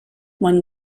won